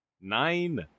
Nine